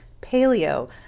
Paleo